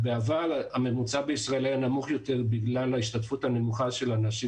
בעבר הממוצע בישראל היה נמוך יותר בגלל ההשתתפות הנמוכה של הנשים